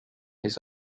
his